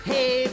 Hey